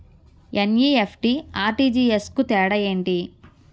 NEFT, RTGS కు తేడా ఏంటి?